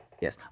Yes